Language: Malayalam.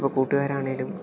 ഇപ്പോൾ കൂട്ടുകാരാണേലും